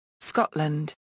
Scotland